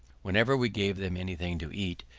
whenever we gave them any thing to eat,